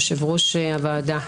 יושב-ראש הוועדה.